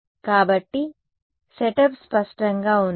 కాబట్టి సెటప్ స్పష్టంగా ఉందా